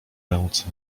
ręce